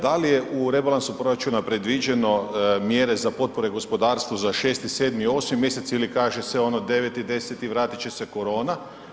Da li je u rebalansu proračuna predviđeno mjere za potpore gospodarstvu za 6., 7. i 8. mjesec ili kaže se ono, 9., 10. vratit će se korona.